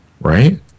right